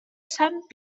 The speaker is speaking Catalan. sant